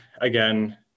again